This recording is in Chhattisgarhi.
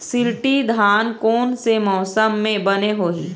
शिल्टी धान कोन से मौसम मे बने होही?